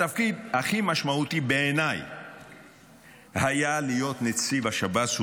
התפקיד הכי משמעותי בעיניי היה להיות נציב השב"ס.